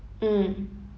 mm